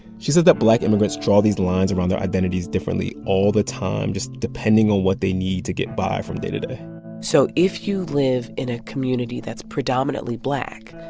she says that black immigrants draw these lines around their identities differently all the time, just depending on what they need to get by from day to day so if you live in a community that's predominantly black,